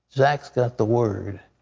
zach's got the word.